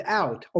out